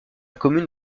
commune